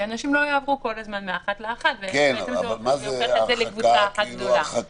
שאנשים לא יעברו כל הזמן מאחת לאחת כי זה הופך את זה לקבוצה אחת גדולה.